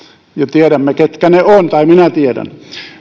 tiedämme ketkä he ovat tai minä tiedän